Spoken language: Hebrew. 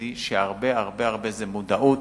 תדעי שהרבה הרבה זה מודעות,